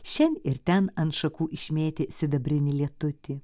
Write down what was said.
šen ir ten ant šakų išmėtė sidabrinį lietutį